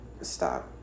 stop